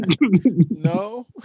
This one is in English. No